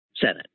Senate